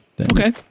Okay